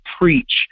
preach